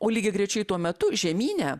o lygiagrečiai tuo metu žemyne